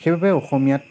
সেইবাবে অসমীয়াত